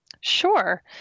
Sure